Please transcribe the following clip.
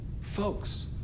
folks